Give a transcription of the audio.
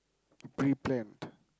pre-planned